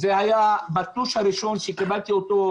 זה היה בתלוש הראשון שקיבלתי אותו,